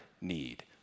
need